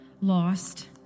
lost